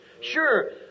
Sure